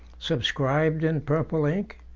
subscribed in purple ink,